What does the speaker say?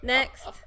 Next